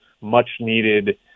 much-needed